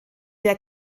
der